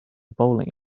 bowling